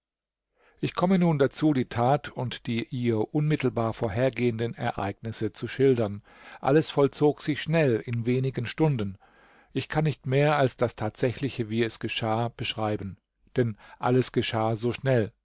ich komme nun dazu die tat und die ihr unmittelbar vorhergehenden ereignisse zu schildern alles vollzog sich schnell in wenigen stunden ich kann nicht mehr als das tatsächliche wie es geschah beschreiben denn alles geschah so schnell